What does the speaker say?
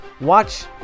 watch